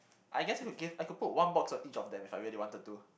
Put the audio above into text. I guess we could give I could put one box on each of them if I really wanted to